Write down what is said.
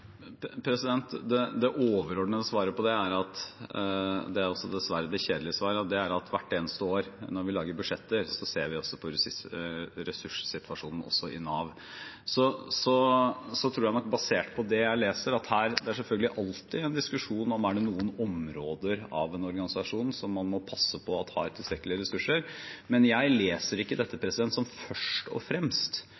Det overordnede svaret på det – det er også dessverre det kjedelige svaret – er at vi hvert eneste år når vi lager budsjetter, også ser på ressurssituasjonen i Nav. Så tror jeg nok, basert på det jeg leser, at her – og det er det selvfølgelig alltid en diskusjon om – er det noen områder av en organisasjon som man må passe på har tilstrekkelige ressurser. Men jeg leser ikke dette